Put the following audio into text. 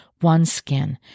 OneSkin